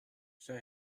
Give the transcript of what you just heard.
zij